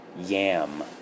yam